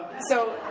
so,